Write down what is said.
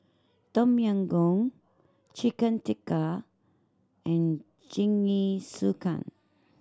Tom Yam Goong Chicken Tikka and Jingisukan